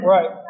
Right